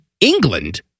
England